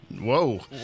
Whoa